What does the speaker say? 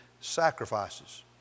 sacrifices